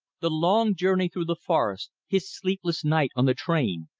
the long journey through the forest, his sleepless night on the train,